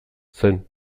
zen